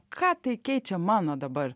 ką tai keičia mano dabar